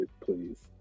please